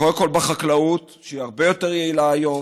קודם כול בחקלאות, שהיא הרבה יותר יעילה היום,